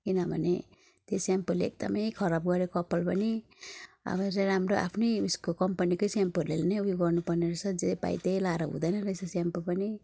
किनभने त्यो सेम्पूले एकदमै खराब गर्यो कपाल पनि आब चाहिँ राम्रो आफ्नै उसको कम्पनीकै सेम्पूहरूले उयो गर्नुपर्ने रहेछ जे पायो त्यही लगाएर हुँदैन रहेछ सेम्पू पनि